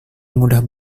mudah